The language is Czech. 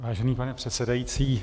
Vážený pane předsedající.